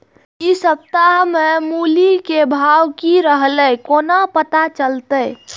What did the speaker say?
इ सप्ताह मूली के भाव की रहले कोना पता चलते?